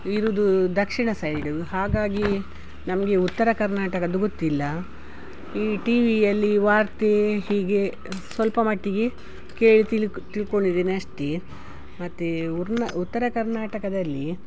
ಇರುವುದು ದಕ್ಷಿಣ ಸೈಡು ಹಾಗಾಗಿ ನಮಗೆ ಉತ್ತರ ಕರ್ನಾಟಕದ್ದು ಗೊತ್ತಿಲ್ಲ ಈ ಟಿ ವಿಯಲ್ಲಿ ವಾರ್ತೆ ಹೀಗೆ ಸ್ವಲ್ಪ ಮಟ್ಟಿಗೆ ಕೇಳಿ ತಿಳ್ಕೋ ತಿಳ್ಕೊಂಡಿದೇನೆ ಅಷ್ಟೇ ಮತ್ತು ಊರ್ನ ಉತ್ತರ ಕರ್ನಾಟಕದಲ್ಲಿ